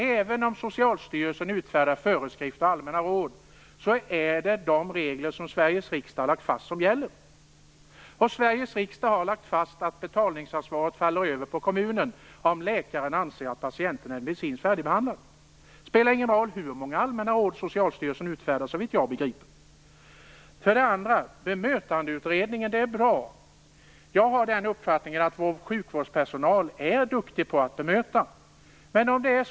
Även om Socialstyrelsen utfärdar föreskrifter och allmänna råd, är det de regler som Sveriges riksdag har lagt fast som gäller. Sveriges riksdag har beslutat att betalningsansvaret övergår till kommunen om läkaren anser att patienten är medicinskt färdigbehandlad. Såvitt jag begriper spelar det ingen roll hur många råd Socialstyrelsen utfärdar. Bemötandeutredningen är bra. Min uppfattning är att sjukvårdspersonalen är duktig på att bemöta patienter.